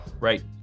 Right